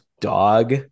dog